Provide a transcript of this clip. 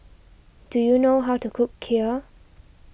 do you know how to cook Kheer